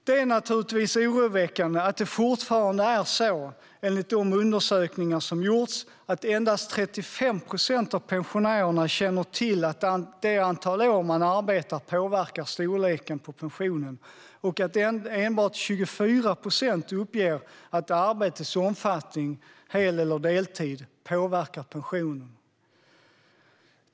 Det är naturligtvis oroväckande att det fortfarande är så, enligt de undersökningar som gjorts, att endast 35 procent av pensionärerna känner till att det antal år man arbetar påverkar storleken på pensionen och att enbart 24 procent uppger att arbetets omfattning, hel eller deltid, påverkar pensionen.